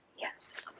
Yes